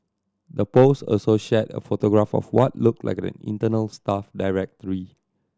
the post also shared a photograph of what looked like an internal staff directory